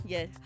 Yes